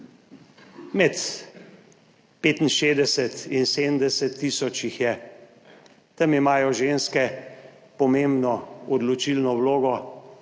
med 65 in 70 tisoč jih je. Tam imajo ženske pomembno, odločilno vlogo